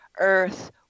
earth